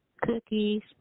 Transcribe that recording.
cookies